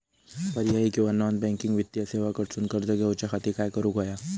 पर्यायी किंवा non banking वित्तीय सेवा कडसून कर्ज घेऊच्या खाती काय करुक होया?